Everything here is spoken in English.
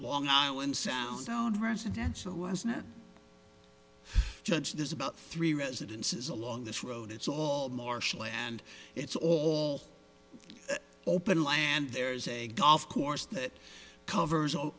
long island sound oh and residential was judge there's about three residences along this road it's all marshland it's all open land there's a golf course that covers all